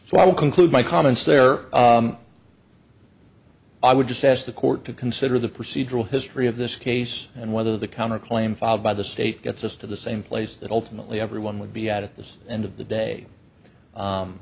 will conclude my comments there i would just ask the court to consider the procedural history of this case and whether the counter claim filed by the state gets us to the same place that ultimately everyone would be at the end of the day